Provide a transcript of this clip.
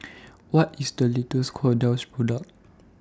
What IS The latest Kordel's Product